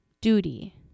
duty